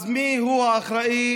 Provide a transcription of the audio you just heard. אז מיהו האחראי